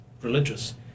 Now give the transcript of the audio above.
religious